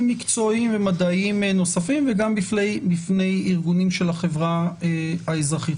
מקצועיים ומדעיים נוספים וגם בפני ארגונים של החברה האזרחית.